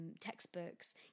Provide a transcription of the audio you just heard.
textbooks